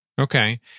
Okay